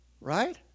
Right